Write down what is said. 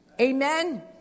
amen